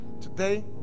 today